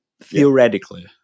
theoretically